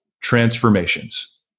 transformations